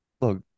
Look